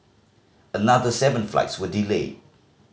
another seven flights were delayed